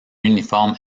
uniforme